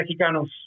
mexicanos